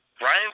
Ryan